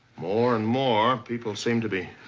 more and more people seem to be